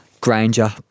Granger